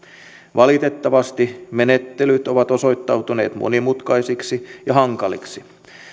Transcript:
valitettavasti menettelyt ovat osoittautuneet monimutkaisiksi ja hankaliksi